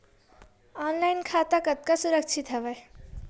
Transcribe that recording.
Online खाता कतका सुरक्षित हवय?